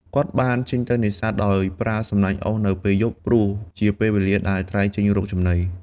គាត់បានចេញទៅនេសាទដោយប្រើសំណាញ់អូសនៅពេលយប់ ព្រោះជាពេលវេលាដែលត្រីចេញរកចំណី។